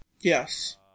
Yes